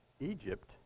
Egypt